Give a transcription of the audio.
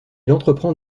entreprend